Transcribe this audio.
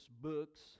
books